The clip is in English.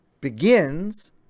begins